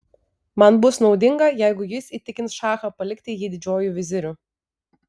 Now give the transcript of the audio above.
man bus naudinga jeigu jis įtikins šachą palikti jį didžiuoju viziriu